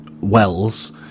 wells